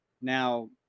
now